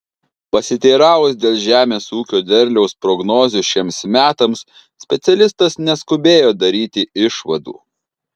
pasiteiravus dėl žemės ūkio derliaus prognozių šiems metams specialistas neskubėjo daryti išvadų